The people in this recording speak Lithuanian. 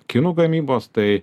kinų gamybos tai